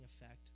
effect